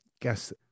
guess